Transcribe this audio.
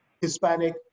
Hispanic